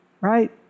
right